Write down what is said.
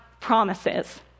promises